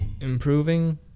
improving